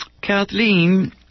Kathleen